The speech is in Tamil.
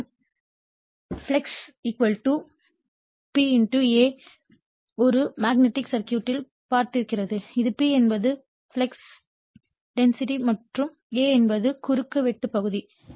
தெரியும் ஃப்ளக்ஸ் பி ஏ ஒரு மேக்னெட்டிக் சர்க்யூட் ல் பார்த்திருக்கிறது இது பி என்பது ஃப்ளக்ஸ் டென்சிட்டி மற்றும் ஏ என்பது குறுக்கு வெட்டு பகுதி